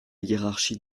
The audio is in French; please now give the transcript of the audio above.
hiérarchie